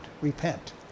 repent